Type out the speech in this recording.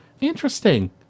interesting